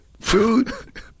Dude